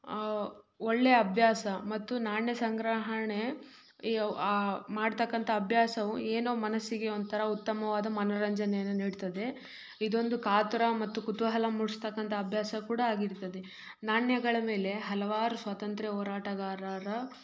ಒಳ್ಳೆಯ ಅಭ್ಯಾಸ ಮತ್ತು ನಾಣ್ಯ ಸಂಗ್ರಹಣೆ ಮಾಡತಕ್ಕಂಥ ಅಭ್ಯಾಸವು ಏನೋ ಮನಸ್ಸಿಗೆ ಒಂಥರ ಉತ್ತಮವಾದ ಮನೋರಂಜನೆಯನ್ನು ನೀಡ್ತದೆ ಇದೊಂದು ಕಾತರ ಮತ್ತು ಕುತೂಹಲ ಮೂಡಿಸತಕ್ಕಂಥ ಅಭ್ಯಾಸ ಕೂಡ ಆಗಿರ್ತದೆ ನಾಣ್ಯಗಳ ಮೇಲೆ ಹಲವಾರು ಸ್ವಾತಂತ್ರ್ಯ ಹೋರಾಟಗಾರರ